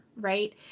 Right